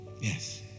yes